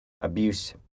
abuse